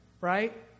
right